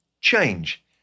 Change